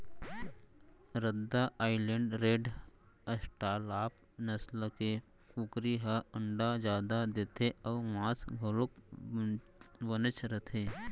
रद्दा island red, australorp नसल के कुकरी ह अंडा जादा देथे अउ मांस घलोक बनेच रहिथे